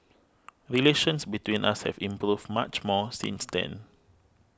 relations between us have improved much more since then